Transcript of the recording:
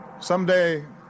Someday